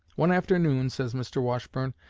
one afternoon, says mr. washburne,